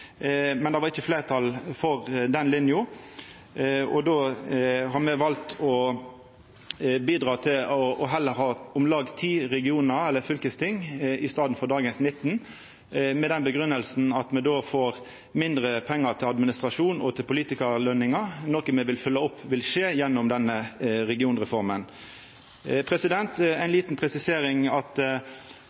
men det var ikkje fleirtal for den lina, og då har me valt å bidra til heller å ha om lag 10 regionar eller fylkesting i staden for dagens 19, med den grunngjevinga at me då får mindre pengar til administrasjon og til politikarløner, noko me vil følgja opp gjennom denne regionreforma. Ei lita presisering til at